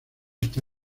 está